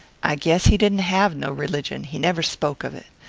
i guess he didn't have no religion he never spoke of it.